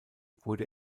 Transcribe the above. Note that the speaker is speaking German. wurde